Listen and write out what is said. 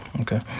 okay